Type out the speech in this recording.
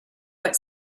what